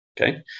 Okay